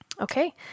Okay